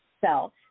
Self